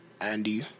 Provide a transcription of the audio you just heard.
Andy